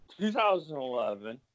2011